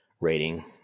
rating